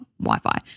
Wi-Fi